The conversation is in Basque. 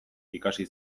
ikasi